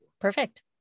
Perfect